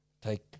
take